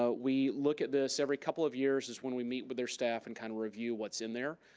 ah we look at this every couple of years is when we meet with their staff and kind of review what's in there.